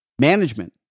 Management